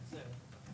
בבקשה.